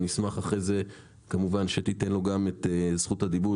אשמח שתתן לו כמובן גם את זכות הדיבור,